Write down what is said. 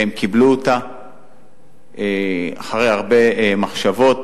והם קיבלו אותה אחרי הרבה מחשבות.